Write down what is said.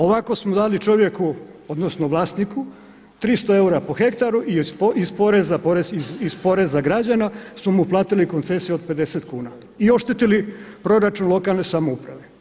Ovako smo dali čovjeku odnosno vlasniku 300 eura po hektaru i iz poreza porez iz građana smo mu platili koncesiju od 50 kuna i oštetili proračun lokalne samouprave.